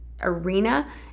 arena